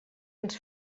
ens